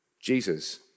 Jesus